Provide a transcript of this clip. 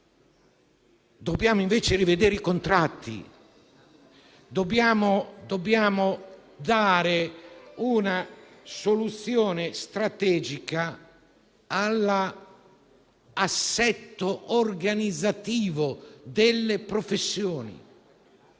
Dobbiamo invece rivedere i contratti, dobbiamo dare una soluzione strategica all'assetto organizzativo delle professioni,